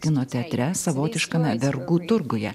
kino teatre savotiškame vergų turguje